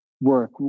work